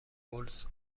هولز